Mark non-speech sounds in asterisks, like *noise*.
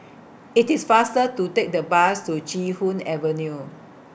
*noise* IT IS faster to Take The Bus to Chee Hoon Avenue